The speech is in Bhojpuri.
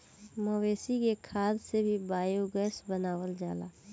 मवेशी के खाद से भी बायोगैस बनावल जाला